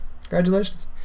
Congratulations